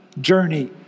journey